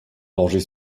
danger